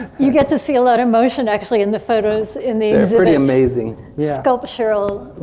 you get to see a lot of motion actually in the photos in these really amazing sculptural.